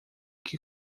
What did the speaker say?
que